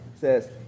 says